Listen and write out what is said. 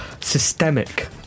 systemic